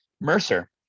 Mercer